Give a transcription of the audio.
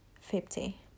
fifty